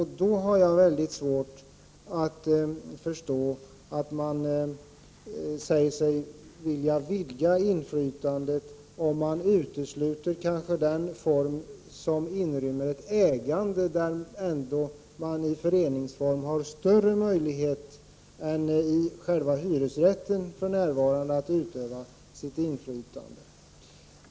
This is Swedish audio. Jag har mycket svårt att förstå att man säger sig vilja vidga inflytandet om man utesluter den form av ägande som genom sin föreningsform ger större möjlighet att utöva inflytande än själva hyresrätten ger.